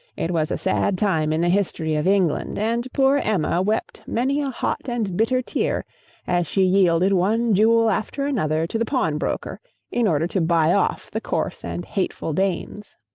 it was a sad time in the history of england, and poor emma wept many a hot and bitter tear as she yielded one jewel after another to the pawnbroker in order to buy off the coarse and hateful danes.